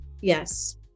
Yes